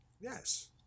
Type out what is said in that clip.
Yes